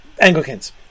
Anglicans